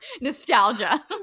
nostalgia